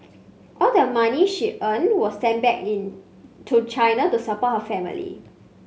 all the money she earned was sent back in to China to support her family